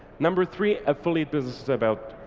number three, affiliate business is about,